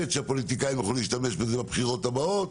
בי"ת- שהפוליטיקאים יוכלו להשתמש בזה בבחירת הבאות,